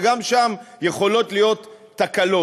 וגם שם יכולות להיות תקלות.